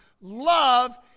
Love